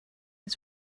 his